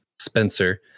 Spencer